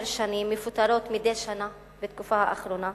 שנים מפוטרות מדי שנה בתקופה האחרונה.